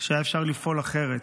שהיה אפשר לפעול אחרת,